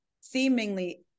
seemingly